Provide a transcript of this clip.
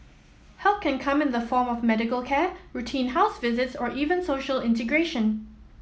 help can come in the form of medical care routine house visits or even social integration